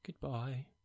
goodbye